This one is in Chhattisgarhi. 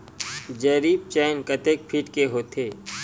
जरीब चेन कतेक फीट के होथे?